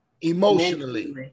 emotionally